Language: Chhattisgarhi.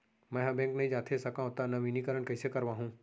मैं ह बैंक नई जाथे सकंव त नवीनीकरण कइसे करवाहू?